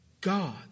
God